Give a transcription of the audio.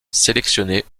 sélectionné